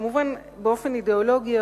כמובן באופן אידיאולוגי,